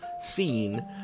scene